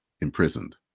imprisoned